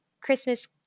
Christmas –